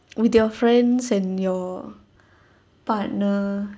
with your friends and your partner